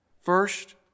First